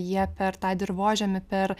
jie per tą dirvožemį per